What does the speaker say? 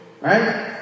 Right